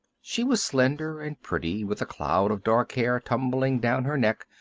she was slender and pretty, with a cloud of dark hair tumbling down her neck,